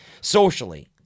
socially